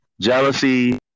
jealousy